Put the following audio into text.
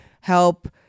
help